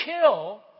kill